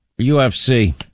UFC